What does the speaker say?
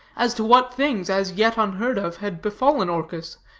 as to what things, as yet unheard of, had befallen orchis,